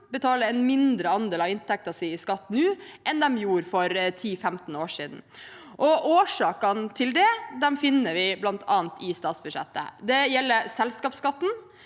betaler en mindre andel av inntekten sin i skatt nå enn de gjorde for 10–15 år siden. Årsakene til det finner vi bl.a. i statsbudsjettet. Det gjelder selskapsskatten,